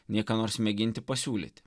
nei ką nors mėginti pasiūlyti